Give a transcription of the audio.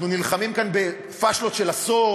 אנחנו נלחמים כאן בפשלות של עשור.